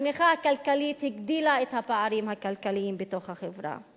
הצמיחה הכלכלית הגדילה את הפערים הכלכליים בתוך החברה.